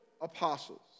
apostles